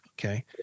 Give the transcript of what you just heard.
Okay